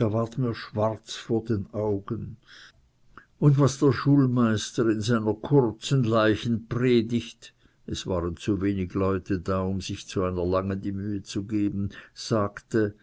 da ward mir schwarz vor den augen und was der schulmeister in seiner kurzen leichenpredigt es waren zu wenig leute da um sich zu einer langen die mühe zu geben sagte